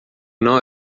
não